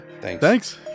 thanks